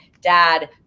dad